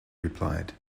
replied